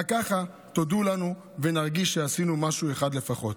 רק ככה תודו לנו ונרגיש שעשינו משהו אחד לפחות,